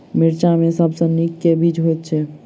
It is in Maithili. मिर्चा मे सबसँ नीक केँ बीज होइत छै?